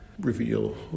reveal